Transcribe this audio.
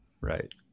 Right